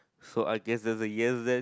so I guess that's a yes then